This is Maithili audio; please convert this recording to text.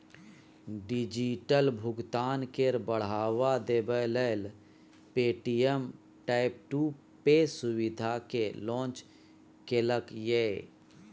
डिजिटल भुगतान केँ बढ़ावा देबै लेल पे.टी.एम टैप टू पे सुविधा केँ लॉन्च केलक ये